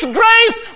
grace